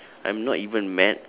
I'm not even mad